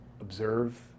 observe